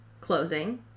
closing